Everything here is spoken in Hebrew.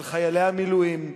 של חיילי המילואים,